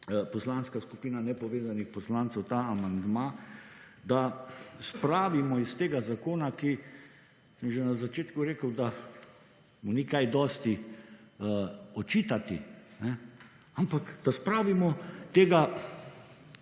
Poslanska skupina nepovezanih poslancev ta amandma, da spravimo iz tega zakona, ki sem že na začetku rekel, da mu ni kaj dosti očitati, ampak da spravimo tega,